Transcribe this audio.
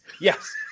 yes